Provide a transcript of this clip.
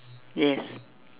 yes